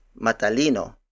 Matalino